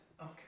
Okay